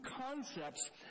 concepts